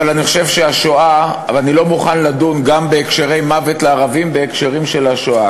אבל אני לא מוכן לדון ב"מוות לערבים" בהקשרים של השואה.